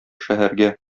шәһәргә